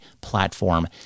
platform